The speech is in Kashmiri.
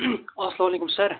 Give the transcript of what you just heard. اَسلامُ علیکُم سَر